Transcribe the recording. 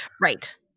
right